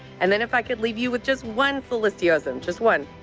and then if i could leave you with just one sulistio-some, just one.